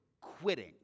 quitting